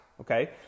Okay